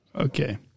Okay